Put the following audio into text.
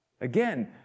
Again